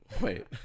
wait